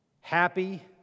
happy